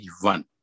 one